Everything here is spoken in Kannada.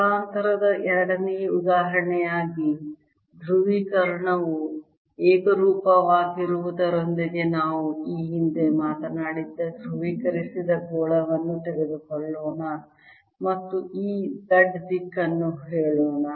ಸ್ಥಳಾಂತರದ ಎರಡನೆಯ ಉದಾಹರಣೆಯಾಗಿ ಧ್ರುವೀಕರಣವು ಏಕರೂಪವಾಗಿರುವುದರೊಂದಿಗೆ ನಾವು ಈ ಹಿಂದೆ ಮಾತನಾಡಿದ್ದ ಧ್ರುವೀಕರಿಸಿದ ಗೋಳವನ್ನು ತೆಗೆದುಕೊಳ್ಳೋಣ ಮತ್ತು ಈ Z ದಿಕ್ಕನ್ನು ಹೇಳೋಣ